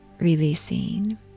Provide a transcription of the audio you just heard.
releasing